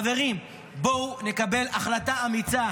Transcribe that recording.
חברים, בואו נקבל החלטה אמיצה.